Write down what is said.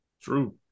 True